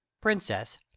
princess